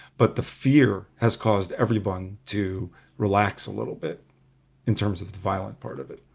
but the fear has caused everyone to relax a little bit in terms of the violent part of it.